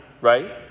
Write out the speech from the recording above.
Right